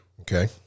Okay